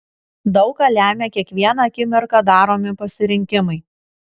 daug ką lemią kiekvieną akimirką daromi pasirinkimai